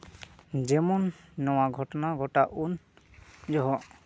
ᱡᱮᱢᱚᱱ ᱱᱚᱣᱟ ᱜᱷᱚᱴᱚᱱᱟ ᱜᱷᱚᱴᱟᱜ ᱩᱱ ᱡᱚᱦᱚᱜ